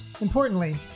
Importantly